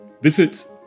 visit